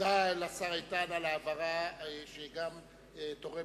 תודה לשר איתן על ההבהרה, שגם תורמת